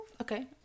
okay